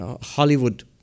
Hollywood